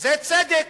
זה צדק.